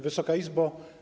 Wysoka Izbo!